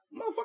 Motherfucker